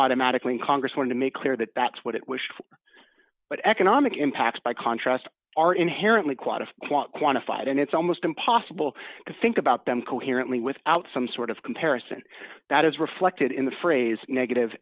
automatically in congress want to make clear that that's what it was but economic impact by contrast are inherently quite of quantified and it's almost impossible to think about them coherently without some sort of comparison that is reflected in the phrase negative